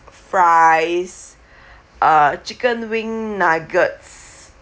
fries uh chicken wing nuggets